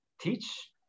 teach